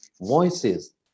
voices